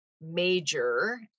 major